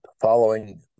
following